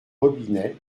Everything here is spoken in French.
robinet